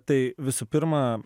tai visų pirma